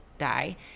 Die